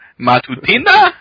Matutina